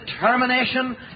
determination